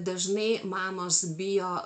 dažnai mamos bijo